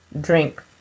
drink